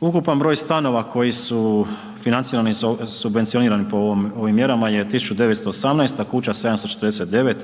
Ukupan broj stanova koji su financijalno subvencionirani po ovim mjerama je 1918 a kuća 749